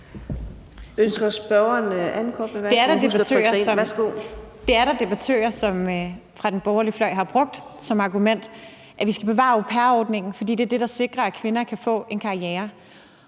Der er debattører fra den borgerlige fløj, som har brugt det som argument, at vi skal bevare au pair-ordningen, fordi det er det, der sikrer, at kvinder kan få en karriere.